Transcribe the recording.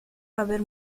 haber